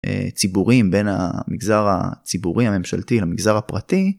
ציבורים בין המגזר הציבורי הממשלתי למגזר הפרטי.